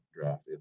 draft